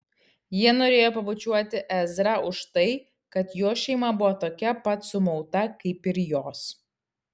ji norėjo pabučiuoti ezrą už tai kad jo šeima buvo tokia pat sumauta kaip ir jos